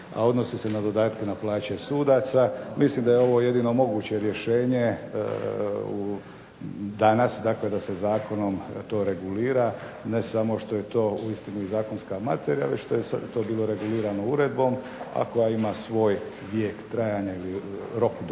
odnosi se na dodatke na plaće sudaca. Mislim da je ovo jedino moguće rješenje danas, dakle da se zakonom to regulira, ne samo što je to uistinu i zakonska materija, i što je to bilo regulirano uredbom, a koja ima svoj vijek trajanja ili rok do kada